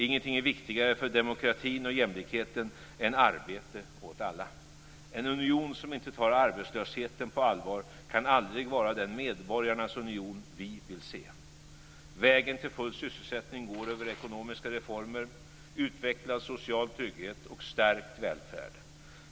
Ingenting är viktigare för demokratin och jämlikheten än arbete åt alla. En union som inte tar arbetslösheten på allvar kan aldrig vara den medborgarnas union vi vill se. Vägen till full sysselsättning går över ekonomiska reformer, utvecklad social trygghet och stärkt välfärd.